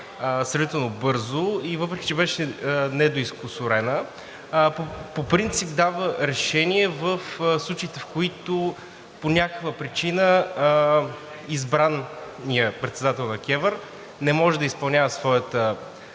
сравнително бързо и въпреки че беше недоизкусурена, по принцип дава решение в случаите, в които по някаква причина избраният председател на КЕВР не може да изпълнява своята